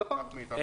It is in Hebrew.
נכון.